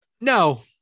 no